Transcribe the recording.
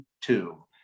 two